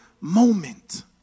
moment